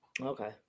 Okay